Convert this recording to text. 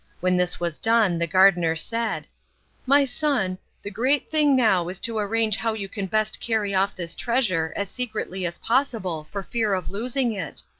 when this was done the gardener said my son, the great thing now is to arrange how you can best carry off this treasure as secretly as possible for fear of losing it.